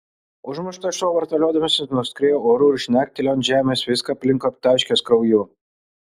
užmuštas šuo vartaliodamasis nuskriejo oru ir žnektelėjo ant žemės viską aplink aptaškęs krauju